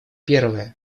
первая